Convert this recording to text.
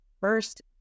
first